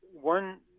one